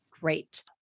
Great